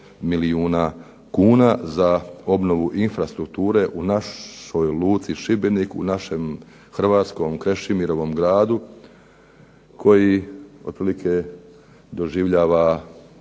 milijuna kuna za obnovu infrastrukture u našoj luci Šibenik, u našem hrvatskom, Krešimirovom gradu, koji otprilike doživljava